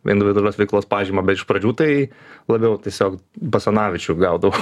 individualios veiklos pažymą bet iš pradžių tai labiau tiesiog basanavičių gaudavau